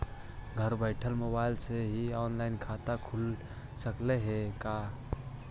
घर बैठल मोबाईल से ही औनलाइन खाता खुल सकले हे का?